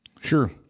Sure